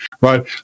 right